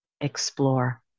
explore